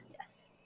Yes